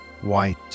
white